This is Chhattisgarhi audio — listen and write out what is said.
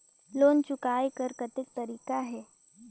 लोन चुकाय कर कतेक तरीका है?